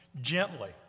gently